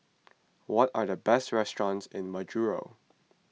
what are the best restaurants in Majuro